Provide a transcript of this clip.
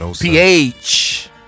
PH